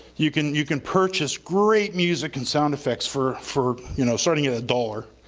you can you can purchase great music and sound effects for for you know, starting at a dollar.